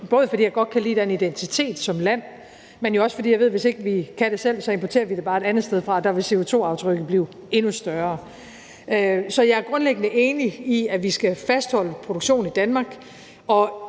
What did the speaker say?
både fordi jeg godt kan lide den identitet som land, men jo også fordi jeg ved, at hvis ikke vi kan det selv, importerer vi det bare et andet sted fra, og der vil CO2-aftrykket blive endnu større. Så jeg er grundlæggende enig i, at vi skal fastholde en produktion i Danmark,